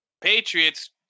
Patriots